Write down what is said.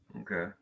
Okay